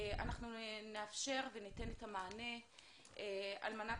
אנחנו נאפשר וניתן את המענה על מנת